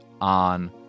on